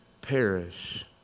perish